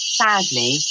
sadly